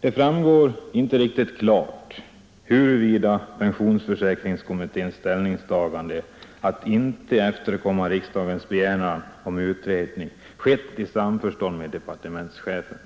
Det framgår inte riktigt klart huruvida pensionsförsäkringskommitténs ställningstagande att inte efterkomma riksdagens begäran om utredning skett i samförstånd med departementschefen.